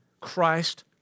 Christ